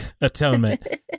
atonement